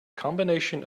combination